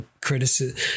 criticism